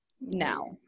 now